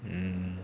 mm